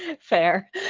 Fair